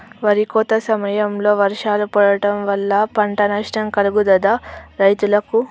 వరి కోత సమయంలో వర్షాలు పడటం వల్ల పంట నష్టం కలుగుతదా రైతులకు?